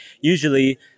usually